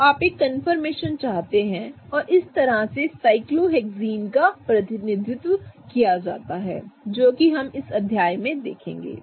तो आप एक कंफर्मेशन चाहते हैं और इस तरह से साइक्लोहेक्सीन का प्रतिनिधित्व किया जाता है जो कि हम इसे अध्याय में देखेंगे